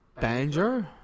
Banjo